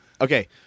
Okay